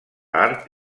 art